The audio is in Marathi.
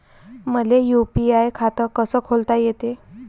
मले यू.पी.आय खातं कस खोलता येते?